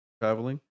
traveling